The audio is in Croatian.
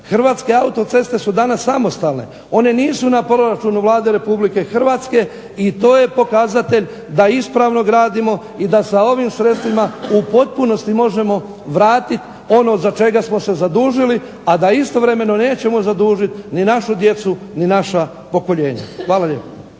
Hrvatske autoceste su danas samostalne, one nisu na proračunu Vlade RH i to je pokazatelj da ispravno gradimo i da sa ovim sredstvima u potpunosti možemo vratiti ono za čega smo se zadužili, a da istovremeno nećemo zadužiti ni našu djecu ni naša pokoljenja. Hvala lijepo.